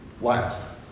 Last